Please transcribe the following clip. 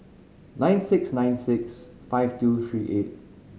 nine six nine six five two three eight